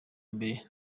mbere